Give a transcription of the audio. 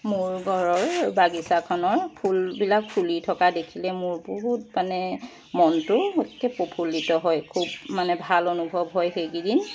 মোৰ ঘৰৰ বাগিচাখনৰ ফুলবিলাক ফুলি থকা দেখিলে মোৰ বহুত মানে মনটো একে প্ৰফুল্লিত হয় খুব মানে ভাল অনুভৱ হয় সেইকেইদিন